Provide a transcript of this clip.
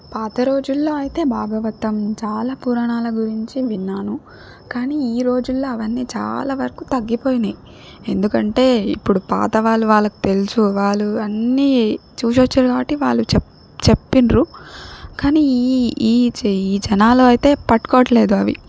పాత రోజుల్లో అయితే భాగవతం చాలా పురాణాల గురించి విన్నాను కానీ ఈ రోజుల్లో అవన్నీ చాలావరకు తగ్గిపోయినాయి ఎందుకంటే ఇప్పుడు పాత వాళ్ళు వాళ్ళకు తెలుసు వాళ్ళు అన్నీ చూసొచ్చారు గాబట్టి వాళ్ళు చెప్ చెప్పిండ్రు కానీ ఈ ఈ చేయి ఈ జనాలు అయితే పట్టుకోవట్లేదు అవి